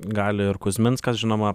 gali ir kuzminskas žinoma